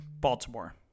Baltimore